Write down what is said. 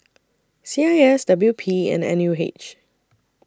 C I S W P and N U H